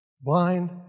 blind